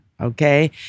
okay